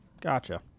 Gotcha